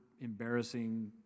embarrassing